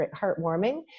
heartwarming